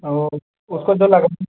और उसको जो लग